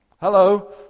Hello